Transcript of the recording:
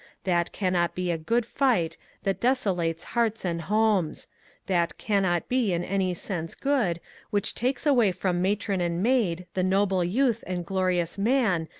that cannot be a good fight that desolates hearts and homes that cannot be in any sense good which takes away from matron and maid the noble youth and glorious man,